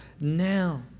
now